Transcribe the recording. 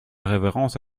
révérence